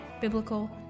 biblical